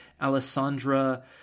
Alessandra